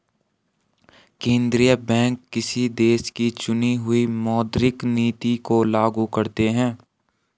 केंद्रीय बैंक किसी देश की चुनी हुई मौद्रिक नीति को लागू करते हैं